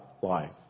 life